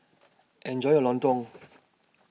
Enjoy your Lontong